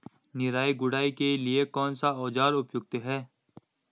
निराई गुड़ाई के लिए कौन सा औज़ार उपयुक्त है?